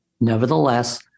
Nevertheless